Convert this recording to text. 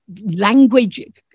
language